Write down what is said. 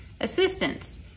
assistance